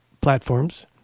platforms